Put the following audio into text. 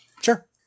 Sure